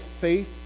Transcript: faith